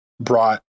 brought